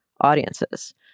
audiences